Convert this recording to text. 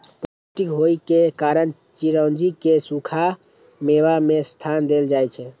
पौष्टिक होइ के कारण चिरौंजी कें सूखा मेवा मे स्थान देल जाइ छै